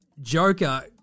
Joker